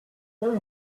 pas